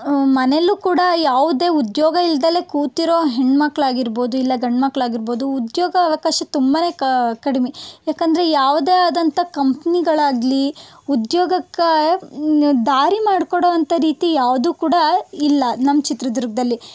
ಮನೇಲ್ಲೂ ಕೂಡ ಯಾವುದೇ ಉದ್ಯೋಗ ಇಲ್ಲದಲೇ ಕೂತಿರೋ ಹೆಣ್ಣುಮಕ್ಕಳಾಗಿರ್ಬೋದು ಇಲ್ಲ ಗಂಡುಮಕ್ಕಳಾಗಿರ್ಬೋದು ಉದ್ಯೋಗ ಅವಕಾಶ ತುಂಬಾ ಕಡಿಮೆ ಯಾಕಂದರೆ ಯಾವುದೇ ಆದಂಥ ಕಂಪ್ನಿಗಳಾಗಲಿ ಉದ್ಯೋಗಕ್ಕೆ ದಾರಿ ಮಾಡಿಕೊಡೋವಂಥ ರೀತಿ ಯಾವುದೂ ಕೂಡ ಇಲ್ಲ ನಮ್ಮ ಚಿತ್ರದುರ್ಗದಲ್ಲಿ